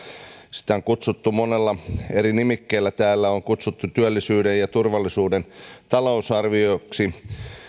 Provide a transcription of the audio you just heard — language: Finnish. sitä on kutsuttu monella eri nimikkeellä täällä sitä on kutsuttu työllisyyden ja turvallisuuden talousarvioksi